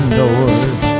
doors